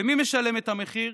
ומי משלם את המחיר?